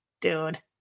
Dude